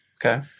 Okay